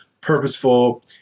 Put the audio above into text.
purposeful